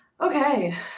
Okay